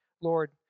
Lord